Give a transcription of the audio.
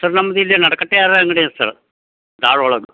sir ನಮ್ದು ಇಲ್ಲೇ ನಡಕಟ್ಟೆಯರ ಅಂಗಡಿ ಅಂತ ಸರ್ ದಾರ್ ಒಳಗೆ